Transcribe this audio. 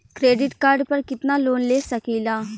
Credit card पर कितनालोन ले सकीला?